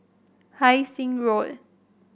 Hai Sing Road